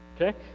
Okay